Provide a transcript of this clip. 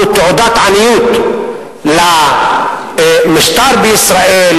הוא תעודת עניות למשטר בישראל